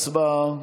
הצבעה.